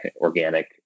Organic